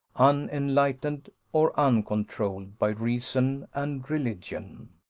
unenlightened or uncontrolled by reason and religion.